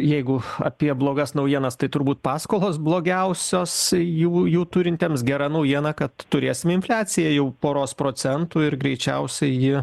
jeigu apie blogas naujienas tai turbūt paskolos blogiausios jų jų turintiems gera naujiena kad turėsim infliaciją jau poros procentų ir greičiausiai ji